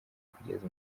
kugeza